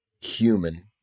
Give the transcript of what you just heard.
human